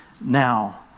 now